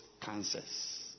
cancers